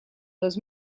dos